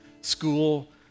school